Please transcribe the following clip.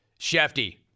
Shefty